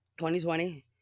2020